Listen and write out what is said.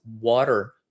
water